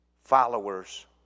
followers